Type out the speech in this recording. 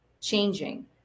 changing